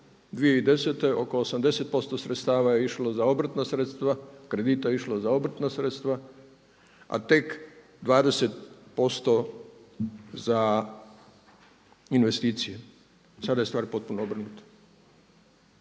2010. oko 80% sredstava je išlo za obrtna sredstva, kredita je išlo za obrtna sredstva a tek 20% za investicije. Sada je stvar potpuno obrnuta.